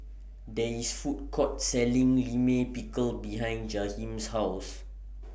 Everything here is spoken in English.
There IS Food Court Selling Limit Pickle behind Jahiem's House